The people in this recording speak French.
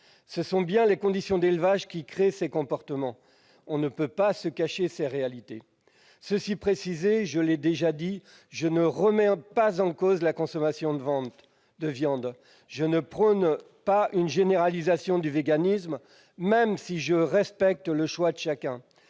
ce sont bien les conditions d'élevage qui créent ces comportements. On ne peut se cacher ces réalités ! Cela étant, je l'ai déjà dit, je ne remets pas en cause la consommation de viande, je ne prône pas une généralisation du véganisme, même si je respecte le choix de chacun.